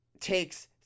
takes